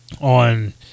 on